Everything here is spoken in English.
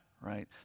Right